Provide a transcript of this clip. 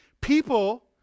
People